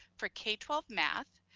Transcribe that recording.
for k twelve math,